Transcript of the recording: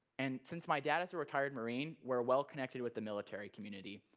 and since my dad is a retired marine, we're well connected with the military community.